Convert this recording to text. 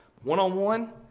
One-on-one